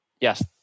yes